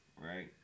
Right